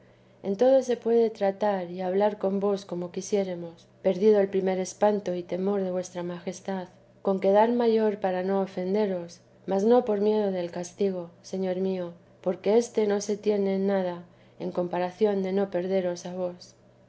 en todo se puede tratar y hablar con vos como quisiéremos perdido el primer espanto y temor de ver vuestra majestad con quedar mayor para no ofenderos mas no por miedo del castigo señor mío porque éste no se tiene en nada en comparación de no perderos a vos